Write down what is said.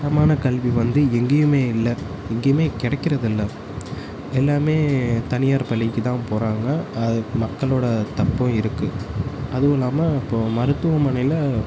தரமான கல்வி வந்து எங்கேயுமே இல்லை எங்கையும் கிடைக்கிறதில்ல எல்லாம் தனியார் பள்ளிக்கு தான் போகிறாங்க அது மக்களோடய தப்பும் இருக்குது அதுவும் இல்லாமல் இப்போது மருத்துவமனையில்